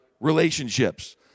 relationships